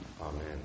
Amen